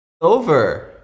over